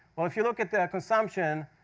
well, if you look at the consumption,